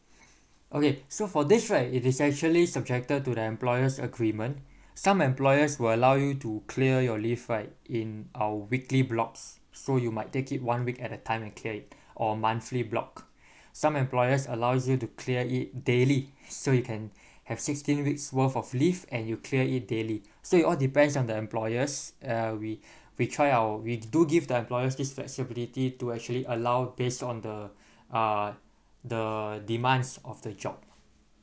okay so for this right it is actually subjected to the employer's agreement some employers will allow you to clear your leave right in uh weekly blocks so you might take it one week at a time and clear it or monthly block some employers allows you to clear it daily so you can have sixteen weeks worth of leave and you clear it daily so it all depends on the employers uh we we try our we do give the employers this flexibility to actually allow based on the uh the demands of the job